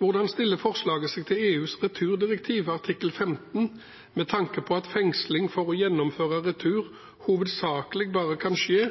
Hvordan stiller forslaget seg til EUs returdirektiv artikkel 15 med tanke på at fengsling for å gjennomføre retur hovedsakelig bare kan skje